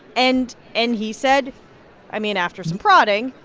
and and he said i mean, after some prodding,